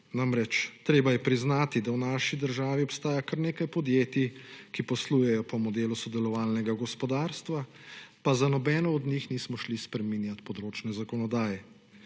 Namreč, treba je priznati, da v naši državi obstaja kar nekaj podjetij, ki poslujejo po modelu sodelovalnega gospodarstva, pa za nobeno od njih nismo šli spreminjat področne zakonodaje.